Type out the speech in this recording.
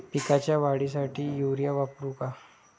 पिकाच्या वाढीसाठी युरिया वापरू का?